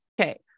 Okay